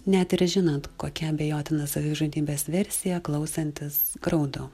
net ir žinant kokia abejotina savižudybės versija klausantis graudu